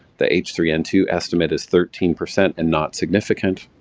the h three n two estimate is thirteen percent and not significant,